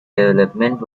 development